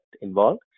involved